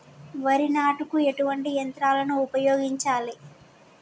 వరి నాటుకు ఎటువంటి యంత్రాలను ఉపయోగించాలే?